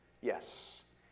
Yes